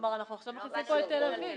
כלומר אנחנו עכשיו מכניסים פה את תל אביב.